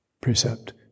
precept